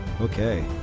Okay